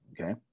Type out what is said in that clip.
Okay